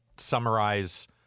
summarize